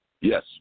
Yes